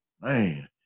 Man